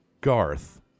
Garth